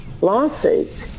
lawsuits